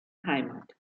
heimat